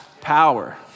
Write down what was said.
power